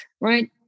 right